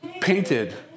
painted